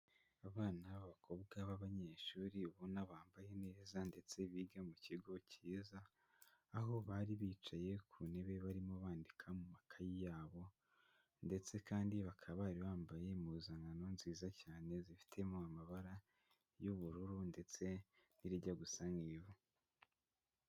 Abana b'abakobwa b'abanyeshuri ubona bambaye neza ndetse biga mu kigo cyiza, aho bari bicaye ku ntebe barimo bandika mu makayi yabo. Ndetse kandi bakaba bari bambaye impuzankano nziza cyane zifitemo amabara, y'ubururu ndetse n'irijya gusa n'ivu.